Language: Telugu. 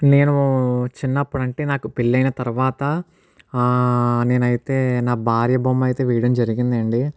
నేను చిన్నప్పుడు అంటే నాకు పెళ్ళి అయిన తర్వాత నేనైతే నా భార్య బొమ్మ అయితే వేయడం జరిగింది అండి